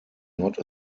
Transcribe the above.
not